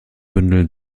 bündeln